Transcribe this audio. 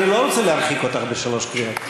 אני לא רוצה להרחיק אותך בשלוש קריאות.